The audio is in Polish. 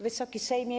Wysoki Sejmie!